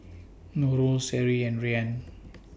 Nurul Seri and Ryan